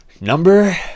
Number